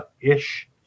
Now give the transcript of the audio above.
ish